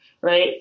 right